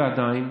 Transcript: ועדיין,